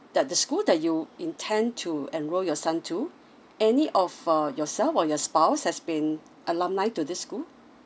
that the school that you intend to enroll your son to any of err yourself or your spouse has been alumni to this school